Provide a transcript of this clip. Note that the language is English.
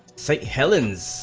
saint helens